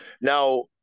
now